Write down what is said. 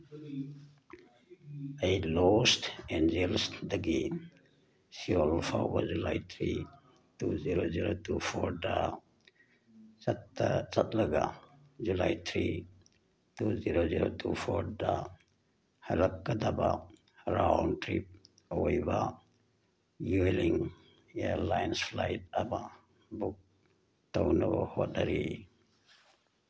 ꯑꯩ ꯂꯣꯁ ꯑꯦꯟꯖꯦꯜꯁꯗꯒꯤ ꯁ꯭ꯌꯣꯜ ꯐꯥꯎꯕ July three two zero zero two ꯐꯣꯔꯗ ꯆꯠꯂꯒ July three two zero zero two ꯐꯣꯔꯗ ꯍꯜꯂꯛꯀꯗꯕ ꯔꯥꯎꯟ ꯇ꯭ꯔꯤꯞ ꯑꯣꯏꯕ ꯌ꯭ꯋꯦꯂꯤꯡ ꯏꯌꯔꯂꯥꯏꯟꯁ ꯐ꯭ꯂꯥꯏꯠ ꯑꯃ ꯕꯨꯛ ꯇꯧꯅꯕ ꯍꯣꯠꯅꯔꯤ